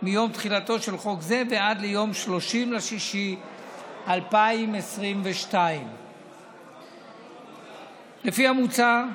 מיום תחילתו של חוק זה ועד ליום 30 ביוני 2022. לפי המוצע,